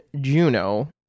Juno